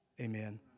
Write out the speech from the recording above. Amen